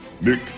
Nick